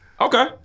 Okay